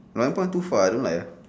loyang point too far I don't like ah